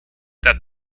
that